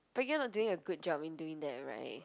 but you're not doing a good job in doing that [right]